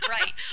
Right